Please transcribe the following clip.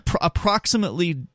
approximately